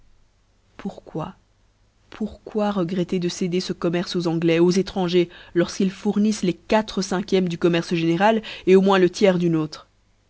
pourquoi pourquoi regretter de céder ce commerce aux anglois aux etrangers lorfqu'ils foûrmflent les quatre cinquièmes du commerce général au moins le tiers du nôtre